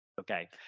okay